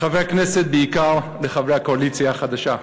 חברי כנסת, בעיקר לחברי הקואליציה החדשה,